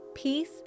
Peace